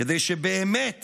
כדי שבאמת